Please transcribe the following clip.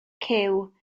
cyw